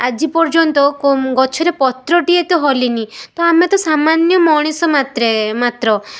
ଆଜି ପର୍ଯ୍ୟନ୍ତ ଗଛରେ ପତ୍ରଟିଏ ତ ହଲିନି ତ ଆମେ ତ ସାମାନ୍ୟ ମଣିଷ ମାତ୍ରେ ମାତ୍ର